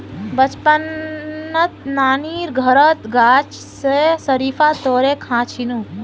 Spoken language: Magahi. बचपनत नानीर घरत गाछ स शरीफा तोड़े खा छिनु